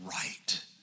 right